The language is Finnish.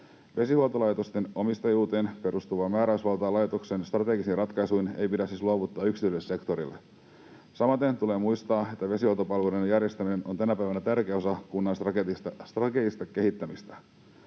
Vesihuoltolaitosten omistajuuteen perustuvaa määräysvaltaa laitoksen strategisiin ratkaisuihin ei pidä siis luovuttaa yksityiselle sektorille. Samaten tulee muistaa, että vesihuoltopalveluiden järjestäminen on tänä päivänä tärkeä osa kunnallista strategista kehittämistä.